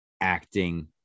acting